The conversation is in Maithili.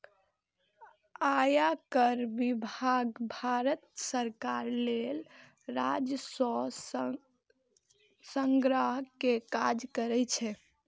आयकर विभाग भारत सरकार लेल राजस्व संग्रह के काज करै छै